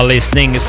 listening